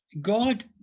God